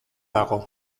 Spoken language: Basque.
dago